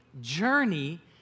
journey